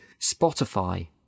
Spotify